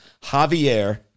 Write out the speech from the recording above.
Javier